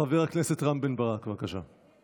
חבר הכנסת רם בן ברק, בבקשה.